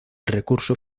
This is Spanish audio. recurso